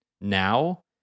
now